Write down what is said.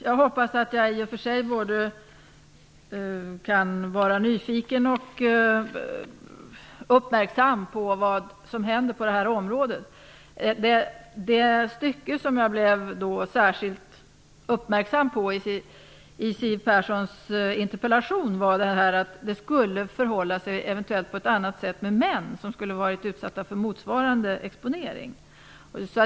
Jag hoppas att jag kan vara både nyfiken och uppmärksam på vad som händer på detta område. En del i Siw Perssons interpellation som jag har uppmärksammat särskilt är det hon skriver om att det eventuellt skulle förhålla sig på ett annat sätt med män som har varit utsatta för motsvarande exponering.